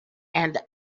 and